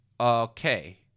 Okay